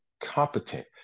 competent